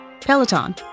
Peloton